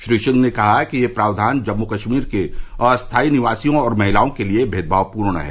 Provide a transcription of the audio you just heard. श्री सिंह ने कहा कि यह प्रावधान जम्मू कश्मीर के अस्थाई निवासियों और महिलाओं के लिए मेदभावपूर्ण है